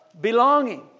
belonging